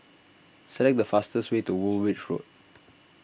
select the fastest way to Woolwich Road